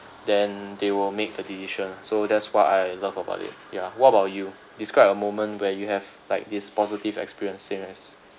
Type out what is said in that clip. then they will make a decision so that's what I love about it ya what about you describe a moment where you have like this positive experience same as